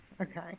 Okay